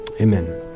Amen